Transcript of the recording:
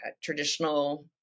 Traditional